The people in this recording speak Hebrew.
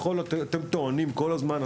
אתם טוענים כל הזמן,